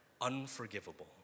Unforgivable